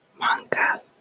Manga